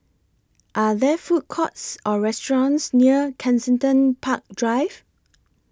Are There Food Courts Or restaurants near Kensington Park Drive